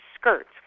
skirts